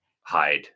hide